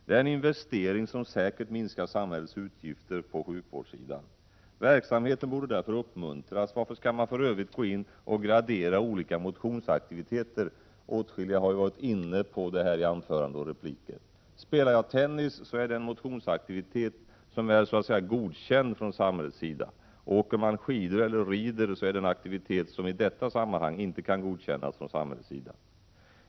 Det är en investering som säkert minskar samhällets utgifter på sjukvårdssidan. Verksamheten borde därför uppmuntras. Varför skall man för övrigt gå in och gradera olika motionsaktiviteter? Åtskilliga talare har ju varit inne på detta i anföranden och repliker. Spelar jag tennis, är det en motionsaktivitet som är så att säga godkänd från samhällets sida. Åker man skidor eller rider, är det en aktivitet som i detta sammanhang inte kan godkännas från samhällets sida.